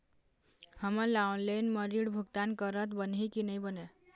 हमन ला ऑनलाइन म ऋण भुगतान करत बनही की नई बने?